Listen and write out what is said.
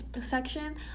section